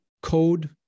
code